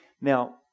Now